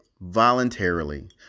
voluntarily